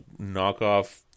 knockoff